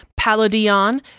Paladion